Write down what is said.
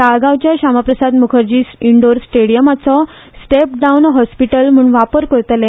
ताळगांवच्या श्यामाप्रसाद म्खर्जी इन्डोर स्टेडियमाचो step down hospital म्हूण वापर करतले